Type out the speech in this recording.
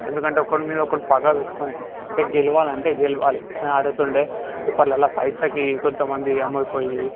ఎందుకంటే ఒకడిమీద ఒకడు పగ పెట్టుకొని అంటే గెలవాలంటే గెలవాలి అని ఆడుతుండే ఇప్పట్లో పైసకి కొంత మంది అమ్ముడుపోయీ